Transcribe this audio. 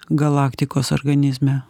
galaktikos organizme